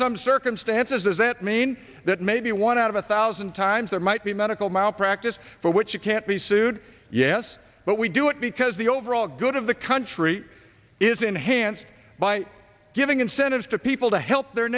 some circumstances does that mean that maybe one out of a thousand times there might be medical malpractise for which you can't be sued yes but we do it because the overall good of the country is enhanced by giving incentives to people to help their